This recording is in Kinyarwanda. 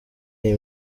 iyi